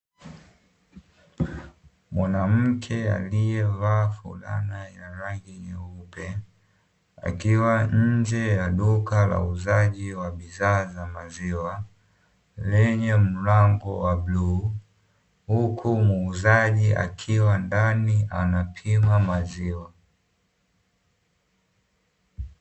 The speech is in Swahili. Mwanamke aliyevaa fulana ina rangi nyeupe akiwa nje ya duka la uuzaji wa bidhaa za maziwa, lenye mlango wa bluu, huku muuzaji akiwa ndani anapima maziwa.